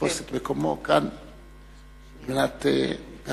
מוועדת החוקה, חוק ומשפט.